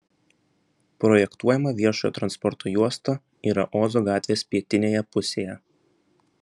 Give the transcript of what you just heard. projektuojama viešojo transporto juosta yra ozo gatvės pietinėje pusėje